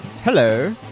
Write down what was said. Hello